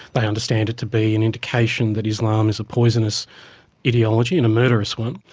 they understand it to be an indication that islam is a poisonous ideology and a murderous one,